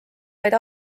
vaid